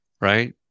Right